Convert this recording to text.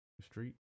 street